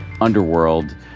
underworld